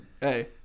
Hey